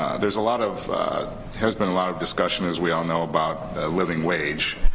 there's a lot of has been a lot of discussion as we all know about the living wage.